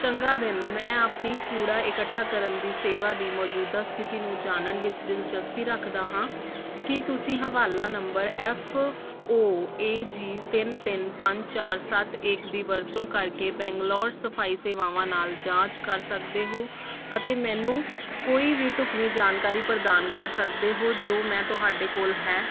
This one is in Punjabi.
ਚੰਗਾ ਦਿਨ ਮੈਂ ਆਪਣੀ ਕੂੜਾ ਇਕੱਠਾ ਕਰਨ ਦੀ ਸੇਵਾ ਦੀ ਮੌਜੂਦਾ ਸਥਿਤੀ ਨੂੰ ਜਾਣਨ ਵਿੱਚ ਦਿਲਚਸਪੀ ਰੱਖਦਾ ਹਾਂ ਕੀ ਤੁਸੀਂ ਹਵਾਲਾ number F O A G ਤਿੰਨ ਤਿੰਨ ਪੰਜ ਚਾਰ ਸੱਤ ਇੱਕ ਦੀ ਵਰਤੋਂ ਕਰਕੇ ਬੰਗਲੌਰ ਸਫ਼ਾਈ ਸੇਵਾਵਾਂ ਨਾਲ ਜਾਂਚ ਕਰ ਸਕਦੇ ਹੋ ਅਤੇ ਮੈਨੂੰ ਕੋਈ ਵੀ ਢੁਕਵੀਂ ਜਾਣਕਾਰੀ ਪ੍ਰਦਾਨ ਕਰ ਸਕਦੇ ਹੋ ਜੋ ਮੈਂ ਤੁਹਾਡੇ ਕੋਲ ਹੈ